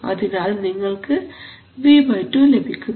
അതിനാൽ നിങ്ങൾക്ക് V2 ലഭിക്കുന്നു